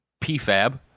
Pfab